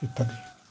ইত্যাদি